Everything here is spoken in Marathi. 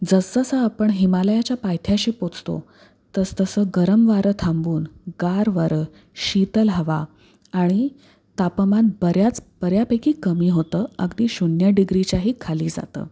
जसजसं आपण हिमालयाच्या पायथ्याशी पोचतो तसतसं गरम वारं थांबून गार वारं शीतल हवा आणि तापमान बऱ्याच बऱ्यापैकी कमी होतं अगदी शून्य डिग्रीच्याही खाली जातं